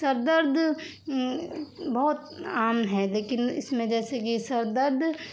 سر درد بہت عام ہے لیکن اس میں جیسے کہ سر درد